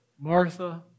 Martha